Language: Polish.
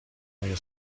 moje